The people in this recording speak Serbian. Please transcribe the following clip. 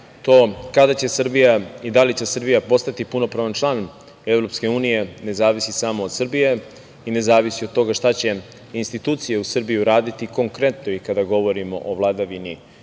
to kada će Srbija i da li će Srbija postati punopravan član Evropske unije ne zavisi samo od Srbije i ne zavisi od toga šta će institucije u Srbiji uraditi konkretno i kada govorimo o vladavini